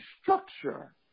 structure